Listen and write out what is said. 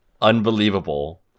unbelievable